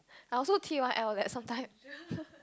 I also T_Y_L got sometime